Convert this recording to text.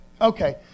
Okay